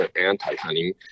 anti-hunting